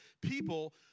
People